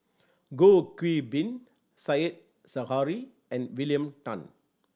Goh Qiu Bin Said Zahari and William Tan